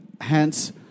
Hence